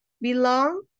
belong